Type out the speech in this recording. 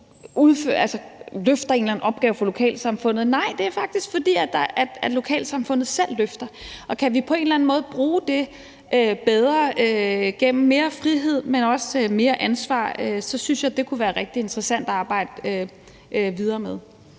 løfter en eller anden opgave for lokalsamfundet. Nej, det er faktisk, fordi lokalsamfundet selv løfter det. Kan vi på en eller anden måde bruge det bedre gennem at give mere frihed, men også mere ansvar, så synes jeg, det kunne være rigtig interessant at arbejde videre med.